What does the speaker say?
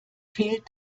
fehlt